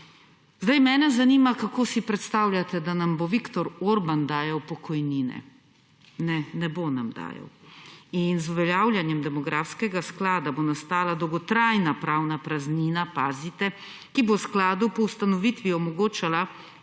Zdaj mene zanima kako si predstavljate, da nam bo Viktor Orbán dajal pokojnine. Ne, ne bo nam dajal. In z uveljavljanjem demografskega sklada bo nastala dolgotrajna pravna praznina, pazite, ki o skladu po ustanovitvi omogočala